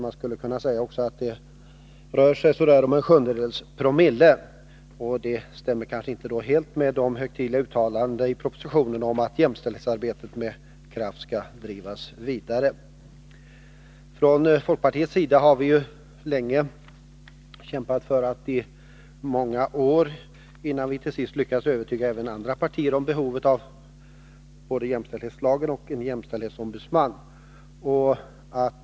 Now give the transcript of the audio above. Det kan också uttryckas så att det rör sig om en åttondedels promille. Och den storleken stämmer inte helt med de högtidliga uttalandena i propositionen om att jämställdhetsarbetet skall drivas vidare med kraft. Från folkpartiets sida har vi kämpat under många år innan vi till sist lyckades övertyga även övriga partier om behovet av både jämställdhetslagen och en jämställdhetsombudsman.